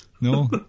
No